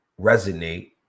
resonate